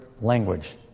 language